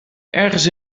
ergens